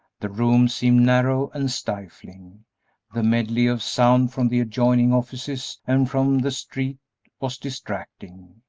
the room seemed narrow and stifling the medley of sound from the adjoining offices and from the street was distracting.